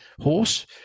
horse